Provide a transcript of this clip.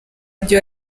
mujyi